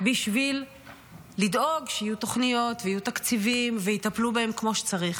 בשביל לדאוג שיהיו תוכניות ויהיו תקציבים ויטפלו בהם כמו שצריך.